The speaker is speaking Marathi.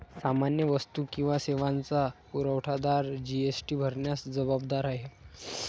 सामान्य वस्तू किंवा सेवांचा पुरवठादार जी.एस.टी भरण्यास जबाबदार आहे